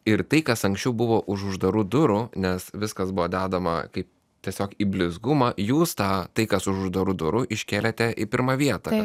ir tai kas anksčiau buvo už uždarų durų nes viskas buvo dedama kaip tiesiog į blizgumą jūs tą tai kas už uždarų durų iškelėte į pirmą vietą